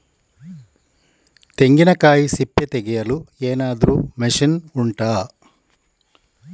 ತೆಂಗಿನಕಾಯಿ ಸಿಪ್ಪೆ ತೆಗೆಯಲು ಏನಾದ್ರೂ ಮಷೀನ್ ಉಂಟಾ